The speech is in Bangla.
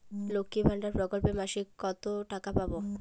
লক্ষ্মীর ভান্ডার প্রকল্পে মাসিক কত টাকা পাব?